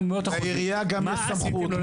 והעירייה גם בסמכות.